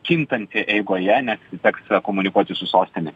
kintanti eigoje nes teks komunikuoti su sostine